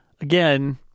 again